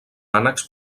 ànecs